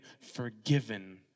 forgiven